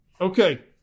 okay